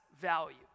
value